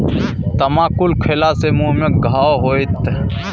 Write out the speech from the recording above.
तमाकुल खेला सँ मुँह मे घाह होएत